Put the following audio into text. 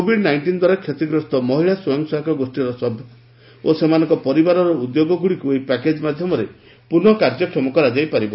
Covid ନାଇକ୍ଷିନ୍ଦ୍ୱାରା କ୍ଷତିଗ୍ରସ୍ତ ମହିଳା ସ୍ୱୟଂ ସହାୟକ ଗୋଷୀର ସଭ୍ୟା ଓ ସେମାନଙ୍କ ପରିବାରର ଉଦ୍ୟୋଗଗୁଡ଼ିକୁ ଏହି ପ୍ୟାକେଜ୍ ମାଧ୍ଧମରେ ପୁନଃ କାର୍ଯ୍ୟକ୍ଷମ କରାଯାଇପାରିବ